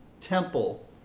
temple